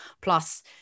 Plus